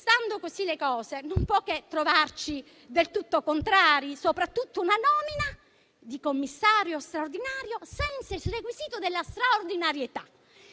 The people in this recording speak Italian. Stando così le cose, non può che trovarci del tutto contrari soprattutto la nomina di un commissario straordinario senza il requisito della straordinarietà